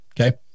okay